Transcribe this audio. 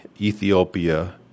Ethiopia